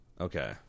Okay